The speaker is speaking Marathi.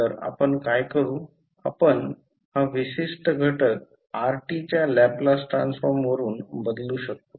तर आपण काय करू आपण हा विशिष्ट घटक Rt च्या लॅपलास ट्रान्सफॉर्म वरून बदलू शकतो